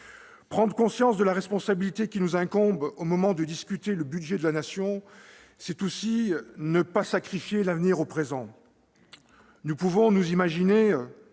Prendre conscience de la responsabilité qui nous incombe au moment de discuter le budget de la Nation, c'est aussi ne pas sacrifier l'avenir au présent. Nous pouvons nous imaginer